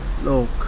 Look